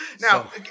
now